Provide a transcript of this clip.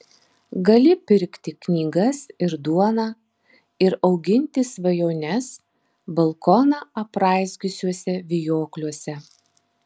gali pirkti knygas ir duoną ir auginti svajones balkoną apraizgiusiuose vijokliuose